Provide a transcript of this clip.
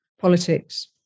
politics